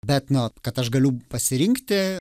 bet nu kad aš galiu pasirinkti